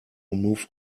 remove